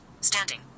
Standing